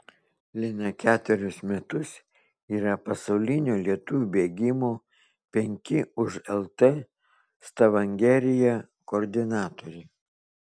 lina ketverius metus yra pasaulinio lietuvių bėgimo penki už lt stavangeryje koordinatorė